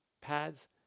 pads